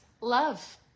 love